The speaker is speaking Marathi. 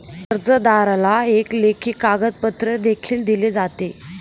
कर्जदाराला एक लेखी कागदपत्र देखील दिले जाते